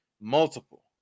Multiple